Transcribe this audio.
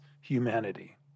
humanity